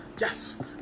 yes